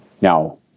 Now